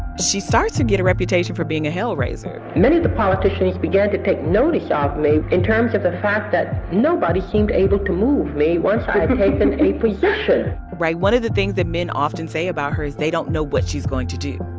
she started to get a reputation for being a hell-raiser many of the politicians began to take notice ah of me in terms of the fact that nobody seemed able to move me once i had taken a position right? one of the things that men often say about her is they don't know what she's going to do,